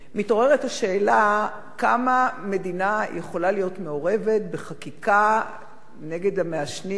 מתעוררת השאלה כמה מדינה יכולה להיות מעורבת בחקיקה נגד המעשנים,